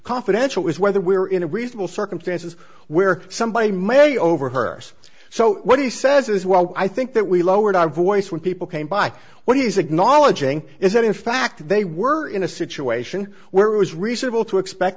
confidential is whether we're in a reasonable circumstances where somebody may over her so what he says is well i think that we lowered our voice when people came by what is ignored is that in fact they were in a situation where it was reasonable to expect